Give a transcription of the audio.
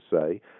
say